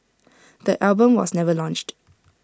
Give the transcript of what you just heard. the album was never launched